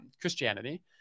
Christianity